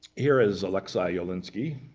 here is alexej jawlensky,